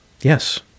Yes